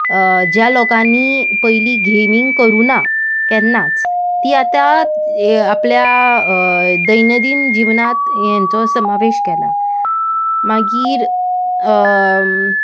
ज्या लोकांनी पयलीं गेमींग करुना केन्नाच तीं आतां आपल्या दैनदीन जिवनांत हेंचो समावेश केला मागीर